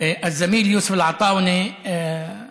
(אומר דברים בשפה הערבית, להלן תרגומם: